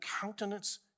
countenance